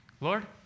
Lord